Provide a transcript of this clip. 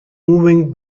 moving